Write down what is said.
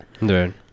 right